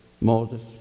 Moses